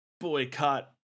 boycott